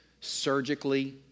surgically